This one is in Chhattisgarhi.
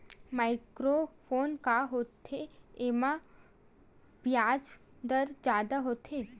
माइक्रो लोन का होथे येमा ब्याज दर जादा होथे का?